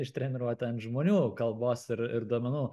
ištreniruoti ant žmonių kalbos ir ir duomenų